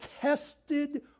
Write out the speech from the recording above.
tested